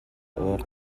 awk